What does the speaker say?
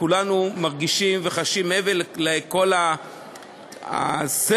שכולנו מרגישים וחשים, מעבר לכל הסבל